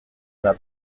n’a